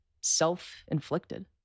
self-inflicted